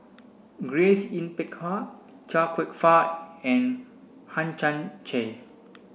Grace Yin Peck Ha Chia Kwek Fah and Hang Chang Chieh